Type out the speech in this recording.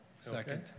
Second